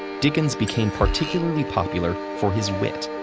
dickens became particularly popular for his wit,